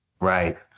Right